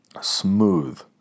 Smooth